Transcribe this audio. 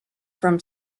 from